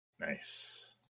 Nice